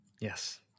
Yes